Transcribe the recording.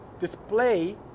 display